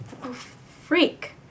Freak